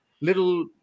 little